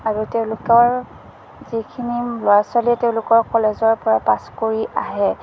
আৰু তেওঁলোকৰ যিখিনি ল'ৰা ছোৱালী তেওঁলোকৰ কলেজৰ পৰা পাচ কৰি আহে